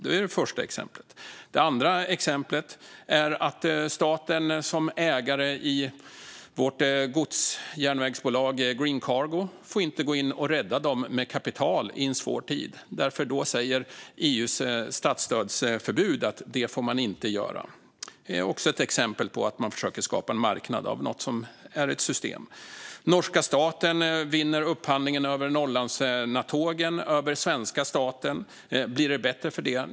Det var det första exemplet. Det andra exemplet är att staten som ägare av vårt godsjärnvägsbolag Green Cargo inte får gå in och rädda dem med kapital i en svår tid. EU:s statsstödsförbud säger att vi inte får göra det. Det är också ett exempel på att man försöker skapa en marknad av något som är ett system. Norska staten vinner upphandlingen om Norrlandsnattågen över svenska staten. Blir det bättre för det?